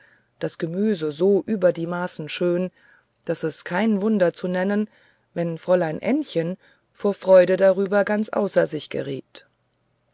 das gemüse so über die maßen schön daß es kein wunder zu nennen wenn fräulein ännchen vor freude darüber ganz außer sich geriet